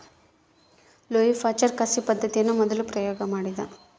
Louis Pasteur ಕಸಿ ಪದ್ದತಿಯನ್ನು ಮೊದಲು ಪ್ರಯೋಗ ಮಾಡಿದ